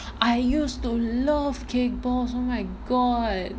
I used to love cake boss oh my god